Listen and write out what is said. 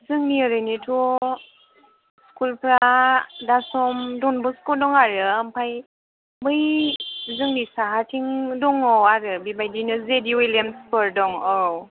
जोंनि ओरैनिथ' स्कुलफ्रा दा सम डनबस्क' दं आरो ओमफ्राय बै जोंनि साहाथिं दं आरो बेबायदिनो जेडि उलियामसफोर दं आरो